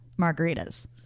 margaritas